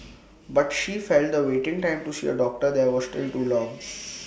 but she felt the waiting time to see A doctor there was still too long